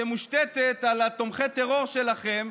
שמושתתת על תומכי הטרור שלכם,